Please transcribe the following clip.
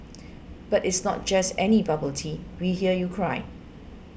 but it's not just any bubble tea we hear you cry